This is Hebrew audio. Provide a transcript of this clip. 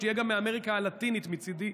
שתהיה גם מאמריקה הלטינית מצידי,